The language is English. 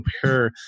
compare